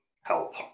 help